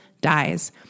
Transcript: dies